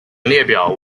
列表